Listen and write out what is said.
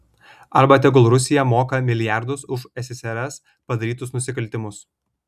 arba tegul rusija moka milijardus už ssrs padarytus nusikaltimus